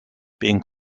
being